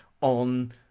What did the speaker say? on